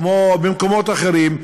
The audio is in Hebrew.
כמו במקומות אחרים,